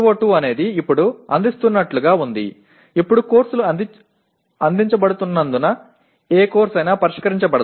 PO2 అనేది ఇప్పుడు అందిస్తున్నట్లుగా ఉంది ఇప్పుడు కోర్సులు అందించబడుతున్నందున ఏ కోర్సు అయినా పరిష్కరించబడదు